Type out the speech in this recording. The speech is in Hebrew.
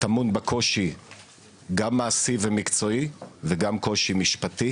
טמון בה קושי גם מעשי ומקצועי וגם קושי משפטי.